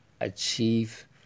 achieve